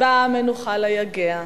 באה מנוחה ליגע,